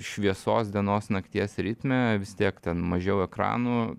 šviesos dienos nakties ritme vis tiek ten mažiau ekranų